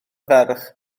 ferch